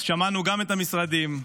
שמענו גם את המשרדים,